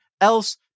else